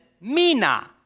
Mina